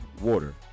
water